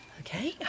Okay